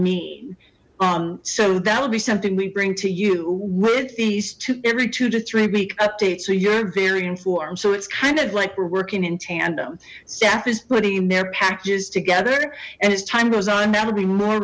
mean so that would be something we bring to you with these two every two to three week update so you're very informed so it's kind of like we're working in tandem staff is putting their packages together and as time goes on that'll be more